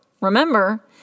Remember